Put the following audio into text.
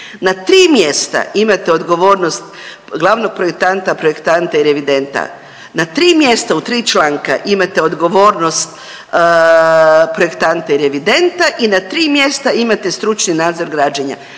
na tri mjesta imate odgovornost glavnog projektanta, projektanta i revidenta, na tri mjesta u tri članka imate odgovornost projektanta i revidenta i na tri mjesta imate stručni nadzor građenja.